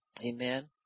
Amen